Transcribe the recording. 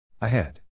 ahead